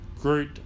great